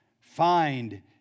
find